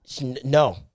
No